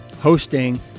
hosting